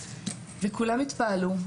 וכולם התפעלו,